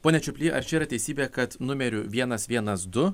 pone čiuply ar čia yra teisybė kad numeriu vienas vienas du